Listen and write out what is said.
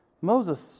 Moses